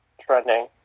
trending